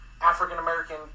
African-American